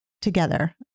together